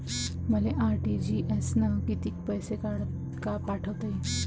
मले आर.टी.जी.एस न कितीक पैसे पाठवता येईन?